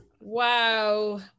Wow